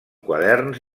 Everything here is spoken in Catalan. quaderns